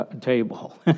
table